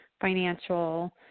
financial